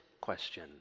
question